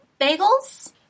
bagels